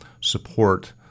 support